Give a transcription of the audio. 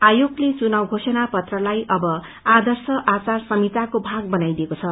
आयोगले चुनाउ घोषणा पत्रलाई अब आदर्श आचार संहािको भाग बनाइदिएको छ